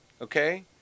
okay